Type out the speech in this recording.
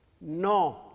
No